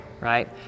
right